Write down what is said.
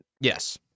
yes